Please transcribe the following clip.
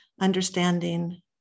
understanding